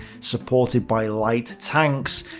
supported by light tanks,